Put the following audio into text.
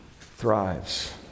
thrives